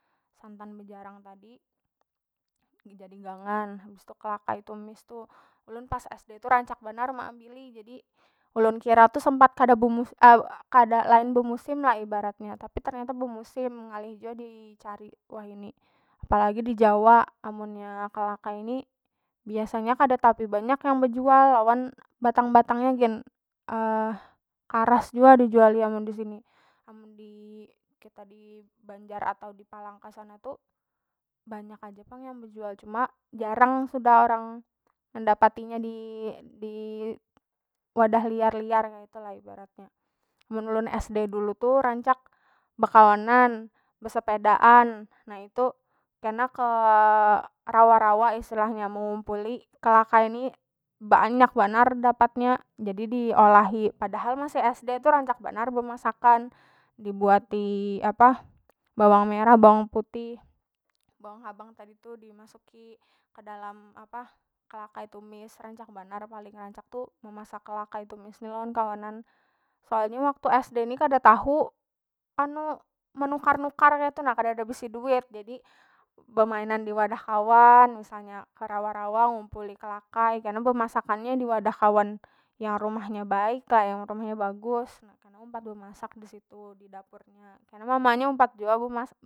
Santan bejarang tadi habis tu kalakai tumis tu ulun pas sd tu rancak banar meambili jadi, ulun kira tu sempat kada lain bemusim lah ibaratnya tapi ternyata bemusim ngalih jua dicari wahini, apalagi di jawa amunnya kalakai ni biasanya kada tapi banyak yang bejual lawan batang- batang nya gin karas jua dijuali amun disini, amun di kita di banjar atau di palangka sana tu banyak aja pang yang bejual cuma jarang sudah orang mendapati nya di- di wadah liar- liar kaitu lah ibaratnya. Amun ulun sd dulu tu rancak bekawanan besepedaan na itu kena ke rawa- rawa istilahnya mengumpuli kalakai ni banyak banar dapat nya jadi diolahi padahal masih sd tu rancak banar bemasakan dibuati apa bawang merah bawang putih bawang habang tadi tu dimasuki ke dalam apa kalakai tumis rancak banar paling rancak tu bemasak kalakai tumis ni lawan kawanan soalnya waktu sd ni kada tahu anu menukar- nukar kaitu nah kadada bisi duit jadi bemainan diwadah kawan misalnya ka rawa- rawa ngumpuli kalakai kena bemasakan nya diwadah kawan yang rumah nya baik kah rumah nya bagus na kena umpat bemasak disitu didapur nya kena mama nya umpat jua bemasak.